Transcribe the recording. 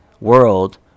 world